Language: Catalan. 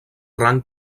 rang